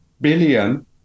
billion